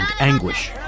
anguish